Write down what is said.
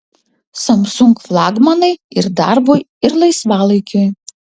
samsung flagmanai ir darbui ir laisvalaikiui